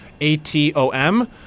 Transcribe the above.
A-T-O-M